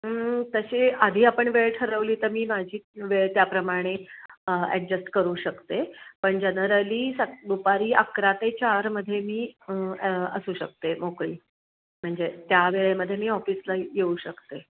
तशी आधी आपण वेळ ठरवली तर मी माझी वेळ त्याप्रमाणे ॲकजस्ट करू शकते पण जनरली स दुपारी अकरा ते चारमध्ये मी अ असू शकते मोकळी म्हणजे त्या वेळेमध्ये मी ऑफिसला येऊ शकते